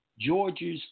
Georgia's